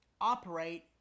operate